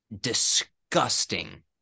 disgusting